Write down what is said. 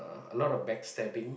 a lot of backstabbing